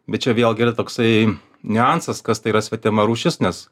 bet čia vėlgi yra toksai niuansas kas tai yra svetima rūšis nes